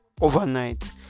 overnight